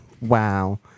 Wow